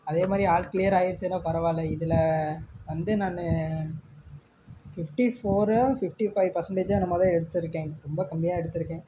அதே மாதிரி all clear ஆகிடிச்சினா பரவாயில்லை இதில் வந்து நான் ஃபிஃப்ட்டி ஃபோரோ ஃபிஃப்ட்டி ஃபைவ் பர்செண்ட்டேஜோ என்னமோதான் எடுத்திருக்கேன் ரொம்ப கம்மியாக தான் எடுத்திருக்கேன்